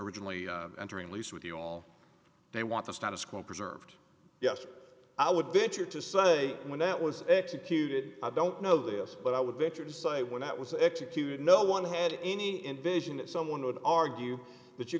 originally entering lease with you all they want the status quo preserved yes i would venture to say when that was executed i don't know this but i would venture to say when that was executed no one had any invasion that someone would argue that you're